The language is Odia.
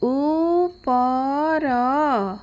ଉପର